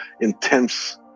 intense